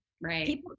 Right